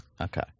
Okay